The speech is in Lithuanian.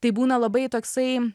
tai būna labai toksai